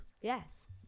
yes